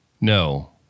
No